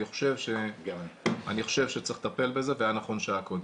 אני חושב שצריך לטפל בזה והיה נכון שעה קודם.